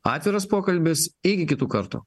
atviras pokalbis iki kitų kartų